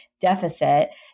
deficit